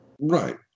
Right